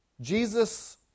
Jesus